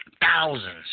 thousands